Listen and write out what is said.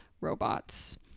robots